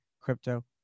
crypto